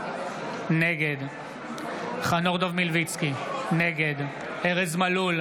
נגד חנוך דב מלביצקי, נגד ארז מלול,